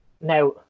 Now